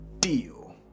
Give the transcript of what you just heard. deal